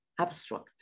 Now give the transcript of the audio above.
Abstract